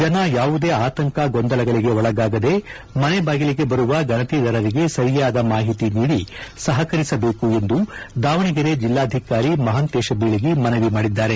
ಜನ ಯಾವುದೇ ಆತಂಕ ಗೊಂದಲಗಳಿಗೆ ಒಳಗಾಗದೇ ಮನೆ ಬಾಗಿಲಿಗೆ ಬರುವ ಗಣತೀದಾರರಿಗೆ ಸರಿಯಾದ ಮಾಹಿತಿ ನೀಡಿ ಸಹಕರಿಸಬೇಕು ಎಂದು ದಾವಣಗೆರೆ ಜಿಲ್ಲಾಧಿಕಾರಿ ಮಹಾಂತೇಶ ಬೀಳಗಿ ಮನವಿ ಮಾಡಿದ್ದಾರೆ